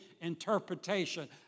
interpretation